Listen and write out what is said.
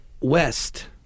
west